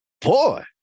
boy